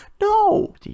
no